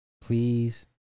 Please